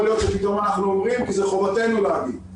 זו חובתנו להגיד.